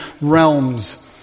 realms